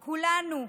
כולנו,